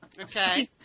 Okay